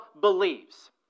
believes